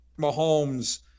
Mahomes